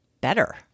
better